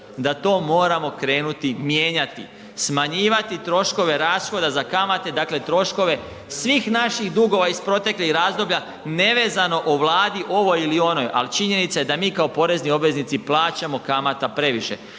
da to moramo krenuti mijenjati. Smanjivati troškove rashoda za kamate, dakle troškove svih naših dugova iz proteklih razdoblja nevezano o Vladi, ovoj ili onoj, ali činjenica je da mi kao porezni obveznici plaćamo kamata previše